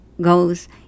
goes